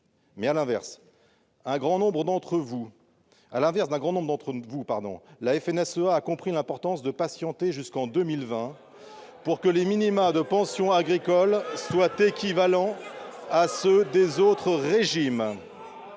Mais, à l'inverse d'un grand nombre d'entre vous, la FNSEA a compris l'importance de patienter jusqu'en 2020 pour que les minima de pensions agricoles soient équivalents à ceux des autres régimes.